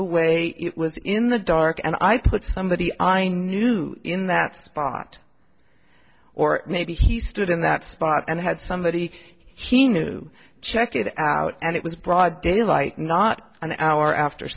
away it was in the dark and i put somebody on i knew in that spot or maybe he stood in that spot and had somebody he knew check it out and it was broad daylight not an hour after